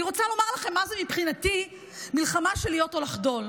אני רוצה לומר לכם מה זה מבחינתי מלחמה של להיות או לחדול: